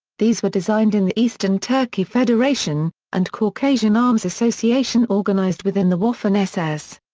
these were designed in the eastern turkey federation and caucasian arms association organized within the waffen ss.